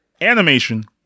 animation